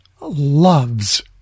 loves